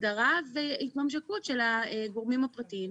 הסדרה והתממשקות של הגורמים הפרטיים.